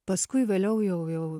paskui vėliau jau jau